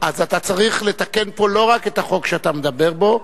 אז אתה צריך לתקן פה לא רק את החוק שאתה מדבר בו,